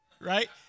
right